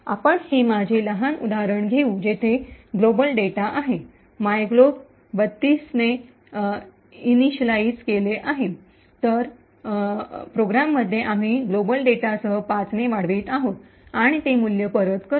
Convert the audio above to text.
आपण हे माझे लहान उदाहरण घेऊ जेथे माझा जागतिक डेटा आहे मायग्लोब ३२ ने इनिशिअलाइज् केले व प्रोग्रॅममधे आम्ही जागतिक डेटासह 5 ने वाढवित आहोत आणि ते मूल्य परत करतो